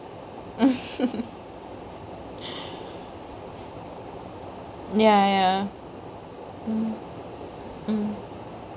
ya ya mm mm